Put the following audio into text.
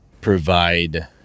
provide